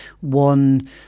one